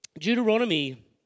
Deuteronomy